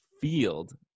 field